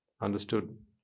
understood